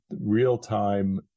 real-time